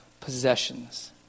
possessions